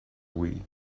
wii